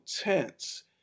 tense